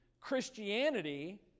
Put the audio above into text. Christianity